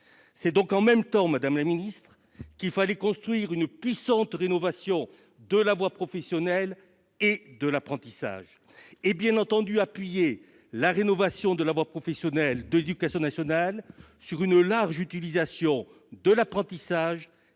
C'est donc en même temps, madame la ministre, qu'il fallait construire une puissante rénovation de la voie professionnelle et de l'apprentissage et qu'il fallait, bien entendu, appuyer la rénovation de la voie professionnelle de l'éducation nationale sur une large utilisation de l'apprentissage